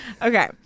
Okay